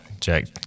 Jack